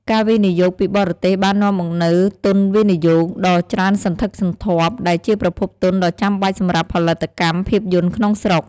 ការវិនិយោគពីបរទេសបាននាំមកនូវ ទុនវិនិយោគ ដ៏ច្រើនសន្ធឹកសន្ធាប់ ដែលជាប្រភពទុនដ៏ចាំបាច់សម្រាប់ផលិតកម្មភាពយន្តក្នុងស្រុក។